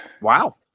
Wow